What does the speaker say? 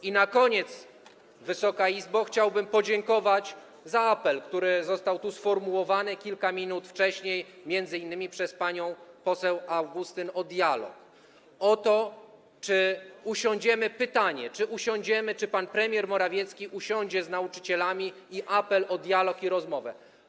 I na koniec, Wysoka Izbo, chciałbym podziękować za apel, który został tu sformułowany kilka minut wcześniej, m.in. przez panią poseł Augustyn, o dialog - pytanie, czy usiądziemy, czy pan premier Morawiecki usiądzie z nauczycielami, i apel o dialog i rozmowę.